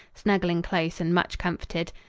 snuggling close and much comforted.